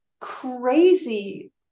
crazy